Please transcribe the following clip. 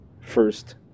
first